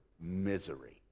misery